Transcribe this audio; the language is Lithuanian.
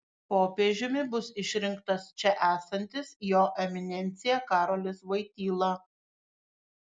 popiežiumi bus išrinktas čia esantis jo eminencija karolis voityla